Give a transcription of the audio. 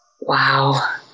Wow